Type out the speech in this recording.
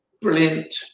brilliant